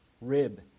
rib